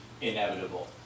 inevitable